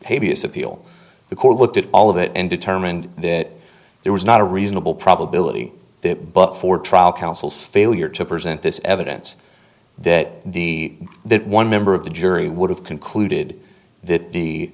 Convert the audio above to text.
people the court looked at all of it and determined that there was not a reasonable probability that but for trial counsel's failure to present this evidence that the that one member of the jury would have concluded that the